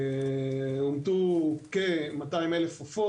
אומתו כ-200,000 עופות,